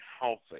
healthy